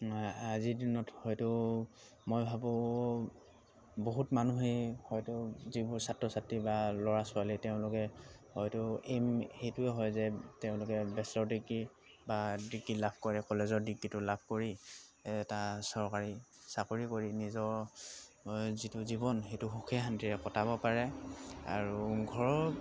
আজিৰ দিনত হয়তো মই ভাবোঁ বহুত মানুহেই হয়তো যিবোৰ ছাত্ৰ ছাত্ৰী বা ল'ৰা ছোৱালী তেওঁলোকে হয়তো এইম সেইটোৱে হয় যে তেওঁলোকে বেচেলৰ ডিগ্ৰী বা ডিগ্ৰী লাভ কৰে কলেজৰ ডিগ্ৰীটো লাভ কৰি এটা চৰকাৰী চাকৰি কৰি নিজৰ যিটো জীৱন সেইটো সুখে শান্তিৰে কটাব পাৰে আৰু ঘৰৰ